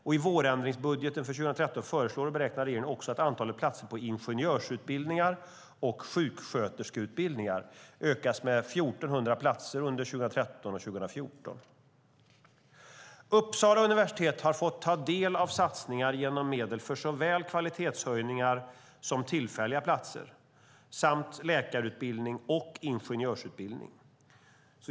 I vårändringsbudgeten för 2013 föreslår och beräknar regeringen också att antalet platser på ingenjörsutbildningar och sjuksköterskeutbildningar ökas med 1 400 platser under 2013 och 2014. Uppsala universitet har fått ta del av satsningar genom medel för såväl kvalitetshöjningar som tillfälliga platser samt läkarutbildning och ingenjörsutbildning.